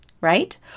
right